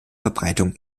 verbreitung